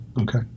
okay